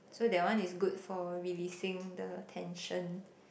so that one is good for releasing the tension